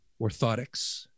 orthotics